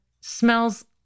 smells